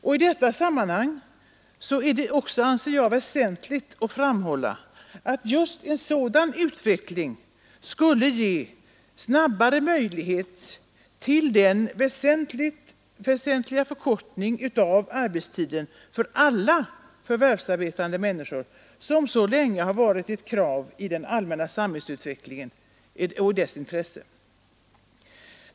I detta sammanhang är det också väsentligt, anser jag, att framhålla att en sådan utveckling skulle ge möjlighet till den väsentliga förkortning av arbetstiden för alla förvärvsarbetande människor som så länge har varit ett krav i den allmänna samhällsutvecklingens intresse.